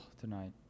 tonight